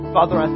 Father